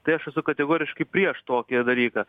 tai aš esu kategoriškai prieš tokį dalyką